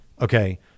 Okay